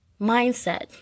mindset